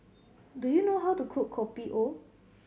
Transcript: do you know how to cook Kopi O